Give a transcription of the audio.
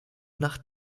nach